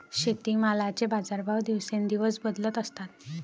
शेतीमालाचे बाजारभाव दिवसेंदिवस बदलत असतात